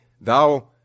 thou